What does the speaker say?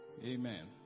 Amen